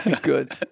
Good